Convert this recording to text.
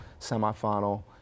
semifinal